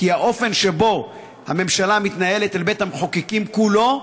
כי האופן שבו הממשלה מתנהלת אל בית המחוקקים כולו,